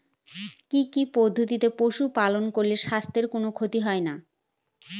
কি কি পদ্ধতিতে পশু পালন করলে স্বাস্থ্যের কোন ক্ষতি হয় না?